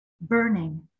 burning